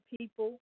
people